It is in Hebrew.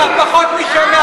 כבר היא שכחה, פחות משנה.